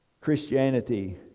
Christianity